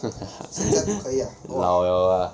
老 liao lah